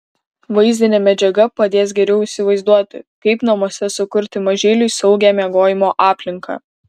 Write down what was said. vaizdinė medžiaga padės geriau įsivaizduoti kaip namuose sukurti mažyliui saugią miegojimo aplinką